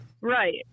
Right